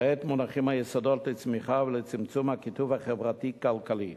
כעת מונחים היסודות לצמיחה ולצמצום הקיטוב החברתי-כלכלי.